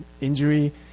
injury